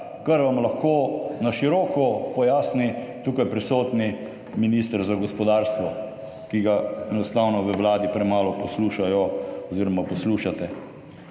kar vam lahko na široko pojasni tukaj prisotni minister za gospodarstvo, ki ga enostavno na Vladi premalo poslušajo oziroma poslušate.